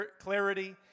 clarity